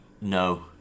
no